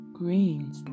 greens